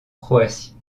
croatie